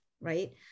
right